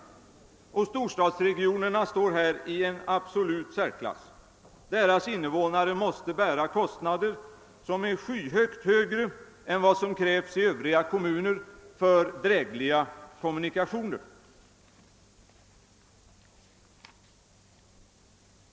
Och storstadsregionerna står därvidlag i absolut särklass. Deras invånare måste bära kostnader som är avsevärt större än vad som krävs i övriga kommuner för drägliga kommunikationer.